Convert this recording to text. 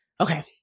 Okay